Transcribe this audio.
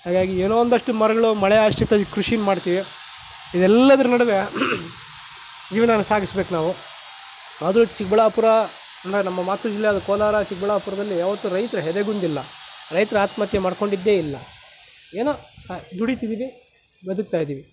ಹಾಗಾಗಿ ಏನೋ ಒಂದಷ್ಟು ಮರಗಳು ಮಳೆ ಆಶ್ರಿತ ಕೃಷಿ ಮಾಡ್ತೀವಿ ಇದೆಲ್ಲದರ ನಡುವೆ ಜೀವನಾನ ಸಾಗಿಸ್ಬೇಕು ನಾವು ಆದರೂ ಚಿಕ್ಕಬಳ್ಳಾಪುರ ಅಂದರೆ ನಮ್ಮ ಮಾತೃ ಜಿಲ್ಲೆಯಾದ ಕೋಲಾರ ಚಿಕ್ಕಬಳ್ಳಾಪುರದಲ್ಲಿ ಯಾವತ್ತೂ ರೈತರು ಎದೆಗುಂದಿಲ್ಲ ರೈತರು ಆತ್ಮಹತ್ಯೆ ಮಾಡ್ಕೊಂಡಿದ್ದೇ ಇಲ್ಲ ಏನೋ ಸ ದುಡಿತಿದ್ದೀವಿ ಬದುಕ್ತಾ ಇದ್ದೀವಿ